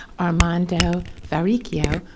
armando varricchio,